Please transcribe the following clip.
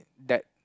that